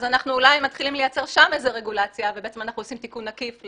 אנחנו אולי מתחילים לייצר שם איזה רגולציה ואנחנו עושים תיקון עקיף,